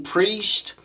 Priest